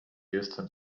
jestem